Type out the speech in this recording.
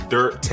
Dirt